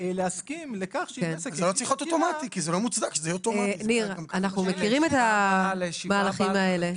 ניר, אנחנו מכירים את המהלכים האלה.